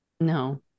no